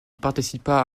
participa